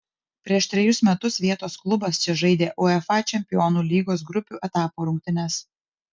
prieš trejus metus vietos klubas čia žaidė uefa čempionų lygos grupių etapo rungtynes